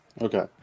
Okay